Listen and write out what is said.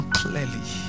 clearly